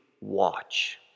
watch